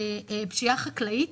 פשיעה חקלאית,